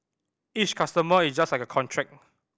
each customer is just like a contract